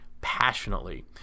passionately